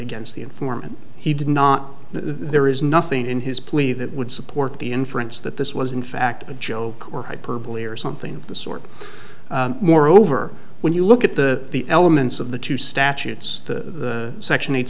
against the informant he did not there is nothing in his plea that would support the inference that this was in fact a joke or hyperbole or something of the sort moreover when you look at the elements of the two statutes to section eight